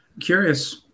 Curious